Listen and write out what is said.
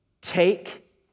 take